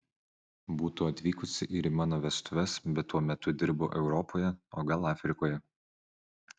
būtų atvykusi ir į mano vestuves bet tuo metu dirbo europoje o gal afrikoje